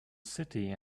city